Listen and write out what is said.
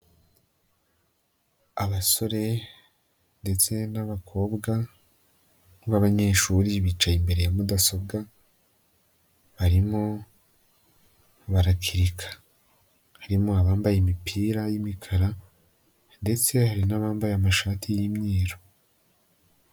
Abasore ndetse n'abakobwa b'abanyeshuri, bicaye imbere ya mudasobwa barimo barakirika, harimo abambaye imipira y'imikara, ndetse hari n'abambaye amashati y'imyeru.